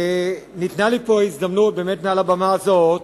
ניתנה לי הזדמנות מעל הבמה הזאת